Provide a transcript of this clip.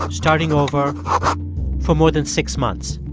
starting over for more than six months